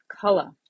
color